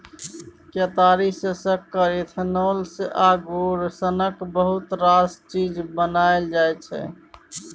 केतारी सँ सक्कर, इथेनॉल आ गुड़ सनक बहुत रास चीज बनाएल जाइ छै